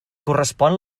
correspon